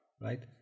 Right